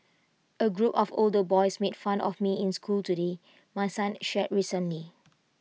A group of older boys made fun of me in school today my son shared recently